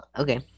okay